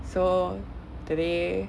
so today